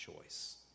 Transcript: choice